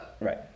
Right